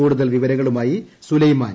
കൂടുതൽ വിവരങ്ങളുമായി സുലൈമാൻ